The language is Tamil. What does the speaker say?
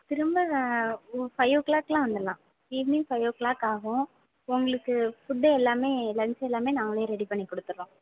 திரும்ப ஒரு ஃபைவ் ஓ க்ளாக்லாம் வந்துடலாம் ஈவ்னிங் ஃபைவ் ஓ க்ளாக் ஆகும் உங்களுக்கு ஃபுட்டு எல்லாமே லன்ச் எல்லாமே நாங்களே ரெடி பண்ணி கொடுத்துர்றோம்